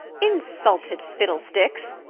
insulted fiddlesticks!